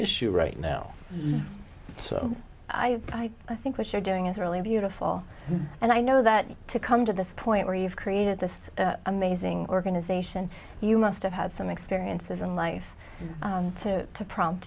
issue right now so i think what you're doing is really beautiful and i know that to come to this point where you've created this amazing organization you must have had some experiences in life to prompt